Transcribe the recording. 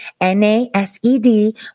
NASED